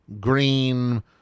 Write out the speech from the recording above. green